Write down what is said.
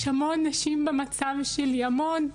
יש המון נשים במצב שלי, המון.